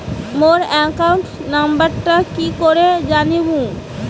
মোর account নাম্বারটা কি করি জানিম?